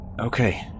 Okay